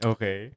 Okay